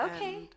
Okay